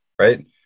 right